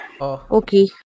Okay